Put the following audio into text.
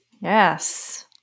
Yes